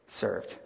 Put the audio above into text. served